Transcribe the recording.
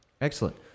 excellent